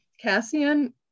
Cassian